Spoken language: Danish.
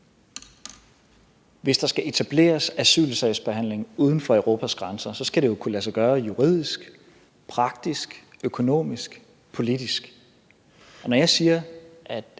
Hvis der skal etableres asylsagsbehandling uden for Europas grænser, skal det jo kunne lade sig gøre juridisk, praktisk, økonomisk og politisk. Når jeg siger, at